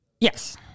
Yes